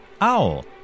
Owl